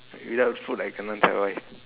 without food I cannot survive